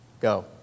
Go